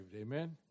amen